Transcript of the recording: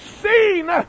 seen